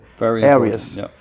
areas